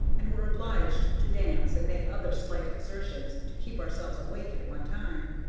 and were obliged to dance and make other slight exertions to keep ourselves awake at one time.